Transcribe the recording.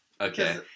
Okay